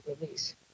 release